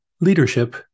leadership